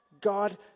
God